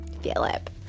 Philip